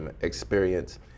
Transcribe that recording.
experience